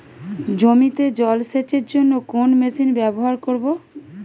জমিতে জল সেচের জন্য কোন মেশিন ব্যবহার করব?